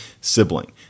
sibling